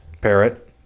Parrot